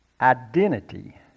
identity